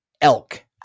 elk